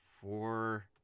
four